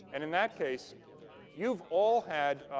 and in that case you've all had